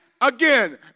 again